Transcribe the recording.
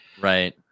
Right